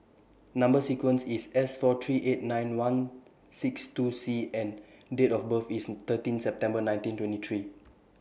Number sequence IS S four three eight nine one six two C and Date of birth IS thirteen September nineteen twenty three